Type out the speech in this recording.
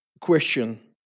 question